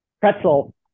pretzel